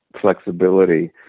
flexibility